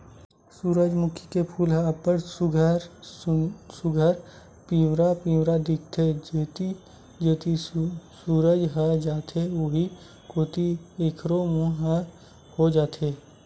सूरजमूखी के फूल ह अब्ब्ड़ सुग्घर पिंवरा पिंवरा दिखत हे, जेती जेती सूरज ह जाथे उहीं कोती एखरो मूँह ह हो जाथे